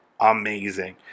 amazing